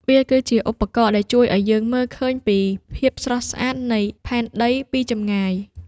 វាគឺជាឧបករណ៍ដែលជួយឱ្យយើងមើលឃើញភាពស្រស់ស្អាតនៃផែនដីពីចម្ងាយ។